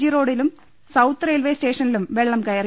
G റോഡിലും south റെയിൽവെസ്റ്റേഷ നിലും വെള്ളം കയറി